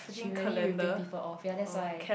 she really ripping people off ya that's why